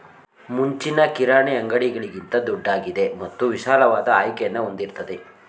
ಮುಂಚಿನ ಕಿರಾಣಿ ಅಂಗಡಿಗಳಿಗಿಂತ ದೊಡ್ದಾಗಿದೆ ಮತ್ತು ವಿಶಾಲವಾದ ಆಯ್ಕೆಯನ್ನು ಹೊಂದಿರ್ತದೆ